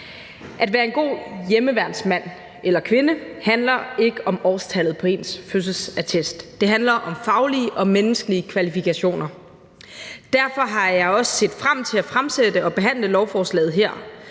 At være en god hjemmeværnsmand eller -kvinde handler ikke om årstallet på ens fødselsattest. Det handler om faglige og menneskelige kvalifikationer. Derfor har jeg også set frem til at fremsætte og behandle lovforslaget her,